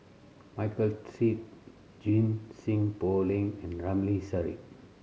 Michael Seet Junie Sng Poh Leng and Ramli Sarip